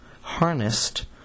harnessed